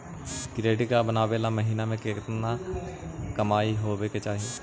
Credit card बनबाबे ल महीना के केतना कमाइ होबे के चाही?